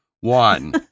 one